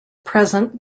present